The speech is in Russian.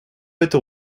это